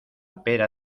pera